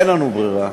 אין לנו ברירה.